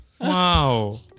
Wow